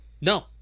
No